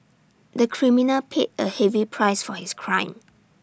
the criminal paid A heavy price for his crime